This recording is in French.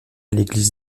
l’église